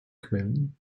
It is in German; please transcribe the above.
quellen